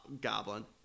goblin